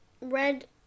red